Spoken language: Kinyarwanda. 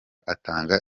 atanga